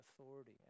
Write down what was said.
authority